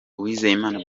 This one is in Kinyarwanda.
uwizeyimana